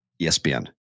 ESPN